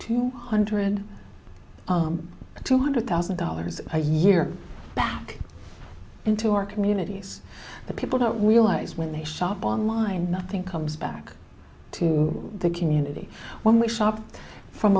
two hundred two hundred thousand dollars a year back into our communities that people don't realize when they shop online nothing comes back to the community when we shop from